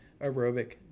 aerobic